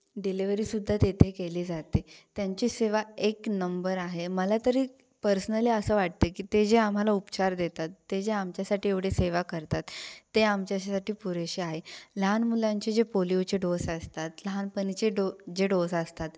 डिलेवरीसुद्धा तेथे केली जाते त्यांची सेवा एक नंबर आहे मला तरी पर्सनली असं वाटते की ते जे आम्हाला उपचार देतात ते जे आमच्यासाठी एवढे सेवा करतात ते आमच्याशीसाठी पुरेशी आहे लहान मुलांचे जे पोलिओचे डोस असतात लहानपणीचे डो जे डोस असतात